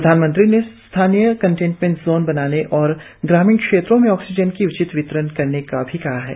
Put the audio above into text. प्रधानमंत्री ने स्थानीय कंटेनमेंट जोन बनाने और ग्रामीण क्षेत्रों में ऑक्सीजन का उचित वितरण करने को भी कहा है